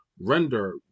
render